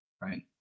right